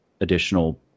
additional